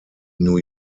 new